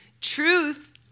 Truth